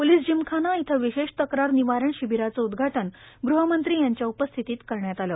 police gymkhana येथे विशेष तक्रार निवारण शिबीराचे उदघाटन गृहमंत्री यांच्या उपस्थितीत करण्यात आले